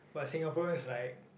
but Singaporeans like